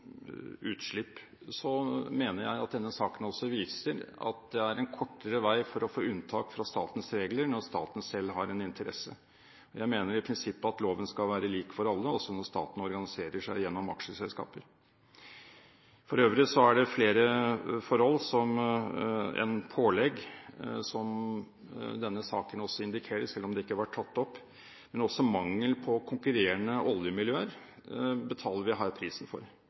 er en kortere vei til å få unntak fra statens regler når staten selv har en interesse. Jeg mener i prinsippet at loven skal være lik for alle, også når staten organiserer seg gjennom aksjeselskaper. For øvrig er det flere forhold enn pålegg som denne saken også indikerer, selv om det ikke har vært tatt opp. Men også mangelen på konkurrerende oljemiljøer betaler vi her prisen for.